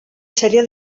sèrie